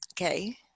okay